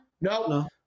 No